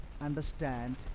understand